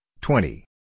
twenty